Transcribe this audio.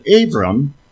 Abram